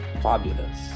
fabulous